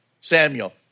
Samuel